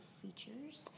features